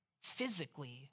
physically